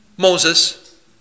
Moses